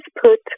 put